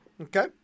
Okay